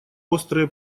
острые